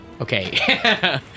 Okay